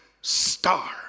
star